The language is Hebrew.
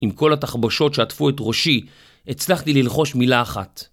עם כל התחבושות שעטפו את ראשי, הצלחתי ללחוש מילה אחת.